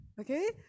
Okay